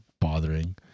bothering